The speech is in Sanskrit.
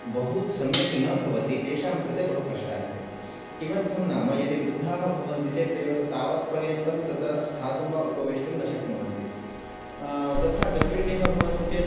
बहुसम्यक् न भवति तेषां कृते बहु कष्टायते किमर्थं नाम यदि वृद्धाः भवन्ति चेत् ते वत् तावत् पर्यन्तं तत्र स्थातुं वा उपवेष्टुं न शक्नुवन्ति तथा गर्भिण्यः भवन्ति चेत्